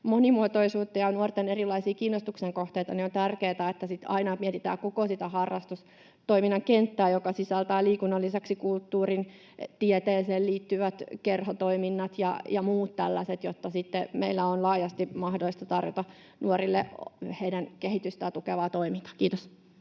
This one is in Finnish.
monimuotoisuutta ja nuorten erilaisia kiinnostuksen kohteita, niin on tärkeätä, että sitten aina mietitään koko sitä harrastustoiminnan kenttää, joka sisältää liikunnan lisäksi kulttuuriin, tieteeseen liittyvät kerhotoiminnat ja muut tällaiset, jotta sitten meillä on laajasti mahdollisuuksia tarjota nuorille heidän kehitystään tukevaa toimintaa. — Kiitos.